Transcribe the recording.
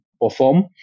perform